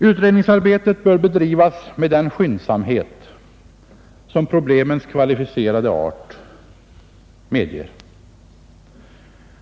Utredningsarbetet bör bedrivas med den skyndsamhet som problemens kvalificerade art medger.